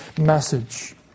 message